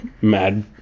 Mad